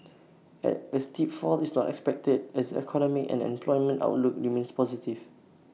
at A steep fall is not expected as the economic and employment outlook remains positive